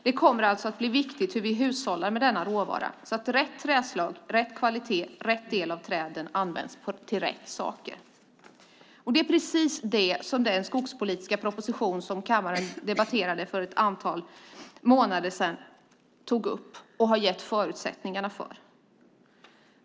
Det kommer alltså att bli viktigt hur vi hushållar med denna råvara så att rätt träslag, rätt kvalitet och rätt del av träden används till rätt saker. Och det är precis det som den skogspolitiska propositionen som kammaren debatterade för ett antal månader sedan tar upp och har gett förutsättningarna för.